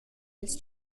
ils